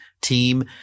team